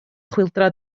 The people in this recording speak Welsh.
chwyldro